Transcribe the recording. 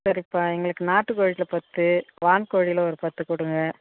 சரிப்பா எங்களுக்கு நாட்டுக்கோழியில பத்து வான்கோழியில ஒரு பத்து கொடுங்க